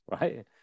right